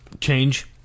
Change